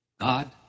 God